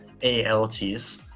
ALTs